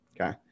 Okay